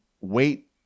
wait